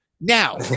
Now